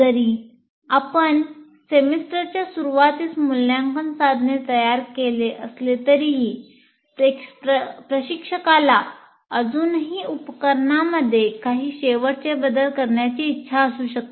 जरी आपण सेमेस्टरच्या सुरूवातीस मूल्यांकन साधने तयार केले असले तरीही प्रशिक्षकाला अजूनही उपकरणामध्ये काही शेवटचे बदल करण्याची इच्छा असू शकते